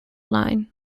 line